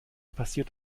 passiert